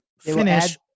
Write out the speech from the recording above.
finish